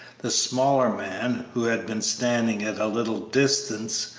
the smaller man, who had been standing at a little distance,